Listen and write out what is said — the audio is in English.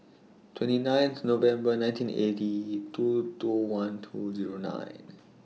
twenty ninth November nineteen eighty two two one two Zero nine